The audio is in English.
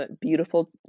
beautiful